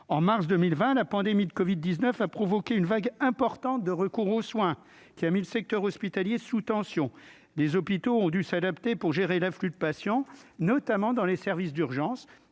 en mars 2020 la pandémie de Covid 19 a provoqué une vague importante de recours aux soins qui a mis le secteur hospitalier sous tension des hôpitaux ont dû s'adapter pour gérer l'afflux de patients, notamment dans les services d'urgence